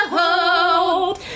hold